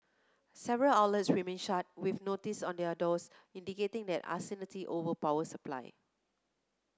several outlets remained shut with notices on their doors indicating the uncertainty over power supply